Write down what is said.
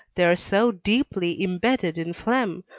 they are so deeply imbedded in phlegm,